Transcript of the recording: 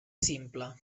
simple